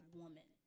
woman